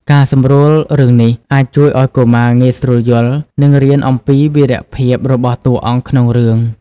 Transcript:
ការសម្រួលរឿងនេះ អាចជួយឱ្យកុមារងាយស្រួលយល់ និងរៀនអំពីវីរភាពរបស់តួអង្គក្នុងរឿង។